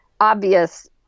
obvious